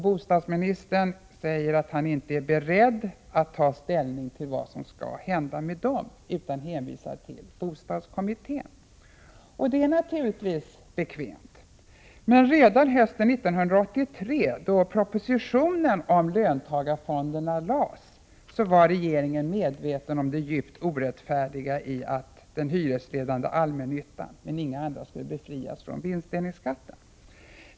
Bostadsministern säger att han inte är beredd att ta ställning till vad som skall hända med dem utan hänvisar till bostadskommittén. Det är naturligtvis bekvämt, men redan hösten 1983, då propositionen om löntagarfonderna lades fram, var regeringen medveten om det djupt orättfärdiga i att den hyresledande allmännyttan men inga andra skulle befrias från vinstdelningsskatten.